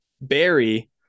Barry